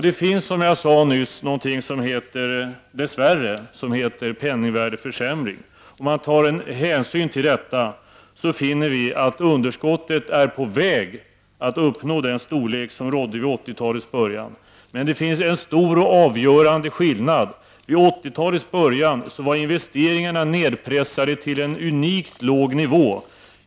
Det finns, som jag sade, dess värre någonting som heter penningvärdesförsämring. Tar man hänsyn till denna finner vi att underskottet är på väg att uppnå den storlek som rådde vid 80-talets början. Men det finns en stor och avgörande skillnad. Vid 80 talets början var investeringarna nedpressade till en unikt låg nivå.